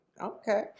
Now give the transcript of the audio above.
Okay